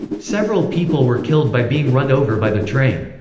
several people were killed by being run over by the train.